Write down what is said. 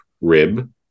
rib